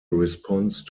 response